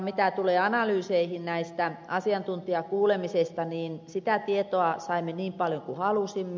mitä tulee analyyseihin näistä asiantuntijakuulemisista niin sitä tietoa saimme niin paljon kuin halusimme